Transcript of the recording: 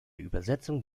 übersetzung